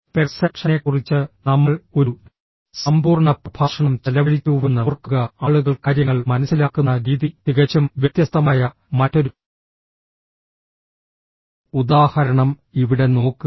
പെർസെപ്ഷനെക്കുറിച്ച് നമ്മൾ ഒരു സമ്പൂർണ്ണ പ്രഭാഷണം ചെലവഴിച്ചുവെന്ന് ഓർക്കുക ആളുകൾ കാര്യങ്ങൾ മനസ്സിലാക്കുന്ന രീതി തികച്ചും വ്യത്യസ്തമായ മറ്റൊരു ഉദാഹരണം ഇവിടെ നോക്കുക